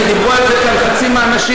כי דיברו על זה כאן חצי מהאנשים.